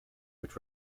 which